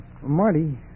Marty